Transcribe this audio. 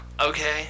Okay